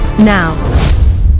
now